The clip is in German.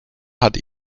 hat